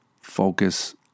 focus